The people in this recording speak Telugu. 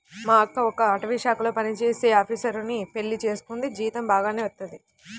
మా అక్క ఒక అటవీశాఖలో పనిజేసే ఆపీసరుని పెళ్లి చేసుకుంది, జీతం బాగానే వత్తది